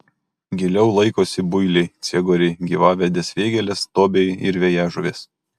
giliau laikosi builiai ciegoriai gyvavedės vėgėlės tobiai ir vėjažuvės